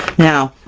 now,